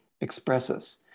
expresses